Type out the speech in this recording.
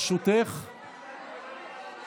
שנייה